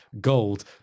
gold